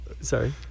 Sorry